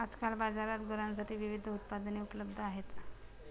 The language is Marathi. आजकाल बाजारात गुरांसाठी विविध उत्पादने उपलब्ध आहेत